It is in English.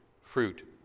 fruit